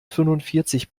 fünfundvierzig